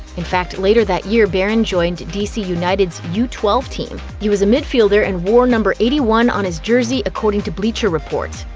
in fact, later that year, barron joined d c. united's u twelve team. he was a midfielder and wore number eighty one on his jersey, according to bleacher report.